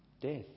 Death